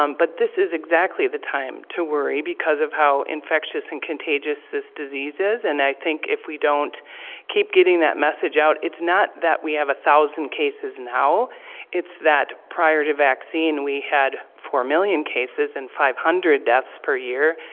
um but, this is exactly the time to worry because of how infectious and contagious this disease is. and i think if we don't keep getting that message out, it's not that we have one thousand cases and now, it's that prior to vaccine we had four million cases and five hundred deaths per year.